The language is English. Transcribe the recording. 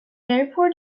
airport